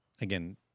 again